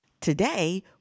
Today